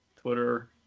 Twitter